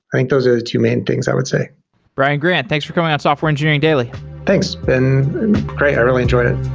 i think those are the two main things i would say brian grant, thanks for coming on software engineering daily thanks. it's been great. i really enjoyed it.